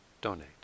donate